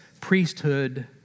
priesthood